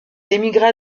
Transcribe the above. émigra